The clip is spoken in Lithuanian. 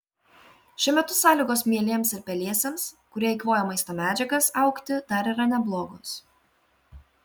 šiuo metu sąlygos mielėms ir pelėsiams kurie eikvoja maisto medžiagas augti dar yra neblogos